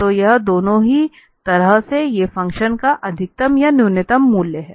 तो यह दोनों ही तरह से ये फंक्शन का अधिकतम या न्यूनतम मूल्य हैं